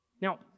Now